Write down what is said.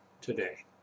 today